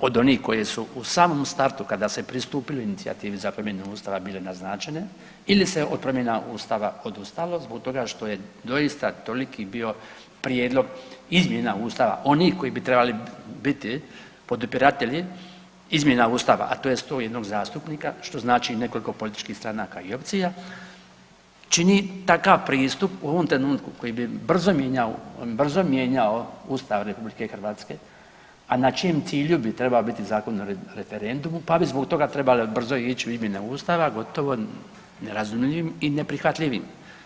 od onih koje su u samom startu kada se pristupilo inicijativi za promjenu Ustava bile naznačene ili se od promjene Ustava odustalo zbog toga što je doista toliki bio prijedlog izmjena Ustava onih koji bi trebali biti podupiratelji izmjena Ustava, a to je 101 zastupnika što znači nekoliko političkih stranka i opcija, čini takav pristup u ovom trenutku koji bi brzo mijenjao Ustav RH, a na čijem cilju bi trebao biti Zakon o referendumu pa bi zbog toga trebalo brzo ići u izmjene Ustava gotovo nerazumljivim i neprihvatljivim.